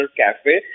cafe